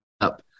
up